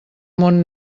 món